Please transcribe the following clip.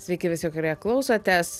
sveiki visi kurie klausotės